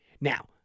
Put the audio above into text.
Now